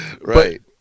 Right